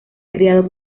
criado